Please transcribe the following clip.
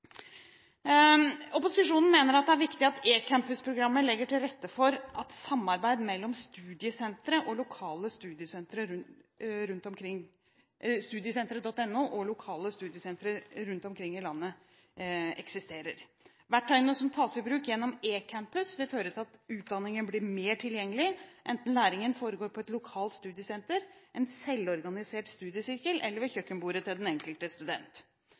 Opposisjonen mener det er viktig at eCampusprogrammet legger til rette for et samarbeid mellom Studiesenteret.no og lokale studiesentre rundt omkring i landet. Verktøyene som tas i bruk gjennom eCampus, vil føre til at utdanningene blir mer tilgjengelige, enten læringen foregår på et lokalt studiesenter, i en selvorganisert studiesirkel eller ved kjøkkenbordet til den enkelte student.